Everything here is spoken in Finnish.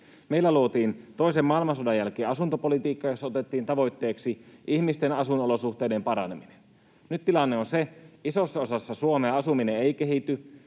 Meillä luotiin toisen maailmansodan jälkeen asuntopolitiikka, jossa otettiin tavoitteeksi ihmisten asuinolosuhteiden paraneminen. Nyt tilanne on se: Isossa osassa Suomea asuminen ei kehity,